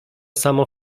samo